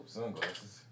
Sunglasses